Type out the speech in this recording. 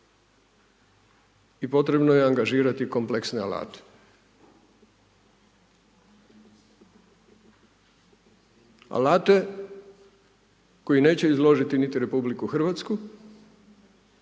i potrebno je angažirati kompleksne alate. Alate koji neće izložiti niti RH i koji